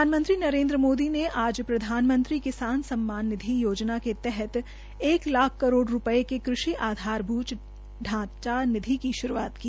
प्रधानमंत्री नरेन्द्र मोदी ने आज प्रधानमंत्री किसान सम्मान निधि योजना के तहत एक लाख करोड़ रूपये के कृषि आधारभूत ढांचा निधि की शुरूआत की